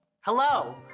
Hello